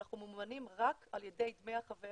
אנחנו ממומנים רק על ידי דמי החבר